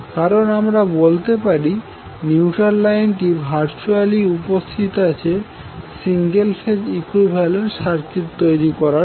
কারণ আমরা বলতে পারি নিউট্রাল লাইনটি ভারচুয়ালি উপস্থিত আছে সিঙ্গেল ফেজ ইকুইভেলেন্ট সার্কিট তৈরি করার জন্য